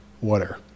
water